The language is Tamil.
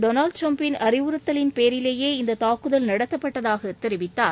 டொளால்டு ட்ரம்ப்பின் அறிவுறுத்தலின் பேரிலேயே இந்த தாக்குதல் நடத்தப்பட்டதாக தெரிவித்தார்